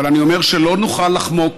אבל אני אומר שלא נוכל לחמוק